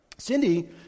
Cindy